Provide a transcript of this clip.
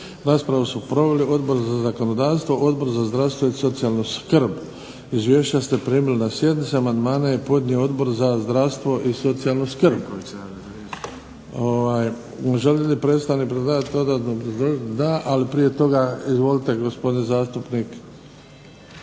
Raspravu su proveli Odbor za zakonodavstvo, Odbor za zdravstvo i socijalnu skrb. Izvješća ste primili na sjednici. Amandmane je podnio Odbor za zdravstvo i socijalnu skrb. Želi li predstavnik predlagatelja dodatno obrazložiti? Da. Ali prije toga izvolite gospodine zastupniče.